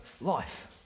life